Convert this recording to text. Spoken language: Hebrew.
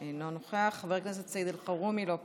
אינו נוכח, חבר הכנסת סעיד אלחרומי, לא פה,